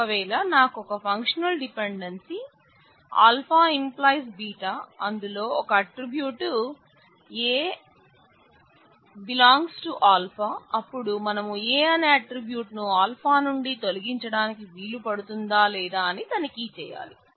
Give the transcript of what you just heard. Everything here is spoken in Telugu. ఒకవేళ నాకు ఒక ఫంక్షనల్ డిపెండెన్సీ α β అందులో ఒక ఆట్రిబ్యూట్ A ꞓ α అపుడు మనం A అనే ఆట్రిబ్యూట్ ను నుండి తొలగించటానికి వీలు పడుతుందా లేదా అని తనిఖీ చేయాలి